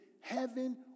heaven